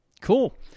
cool